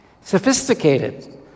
sophisticated